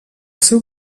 seu